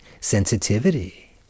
sensitivity